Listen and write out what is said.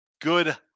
Good